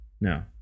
no